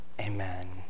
amen